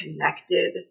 connected